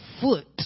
foot